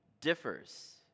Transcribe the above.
differs